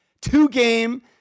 two-game